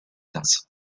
das